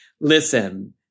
listen